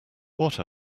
what